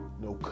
No